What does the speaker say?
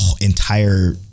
entire